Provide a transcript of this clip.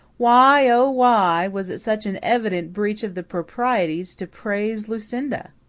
why, oh, why, was it such an evident breach of the proprieties to praise lucinda?